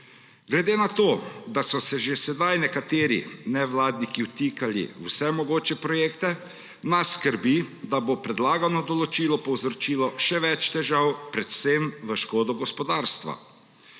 Glede na to, da so se že sedaj nekateri nevladniki vtikali v vse mogoče projekte, nas skrbi, da bo predlagano določilo povzročilo še več težav, predvsem v škodo gospodarstva,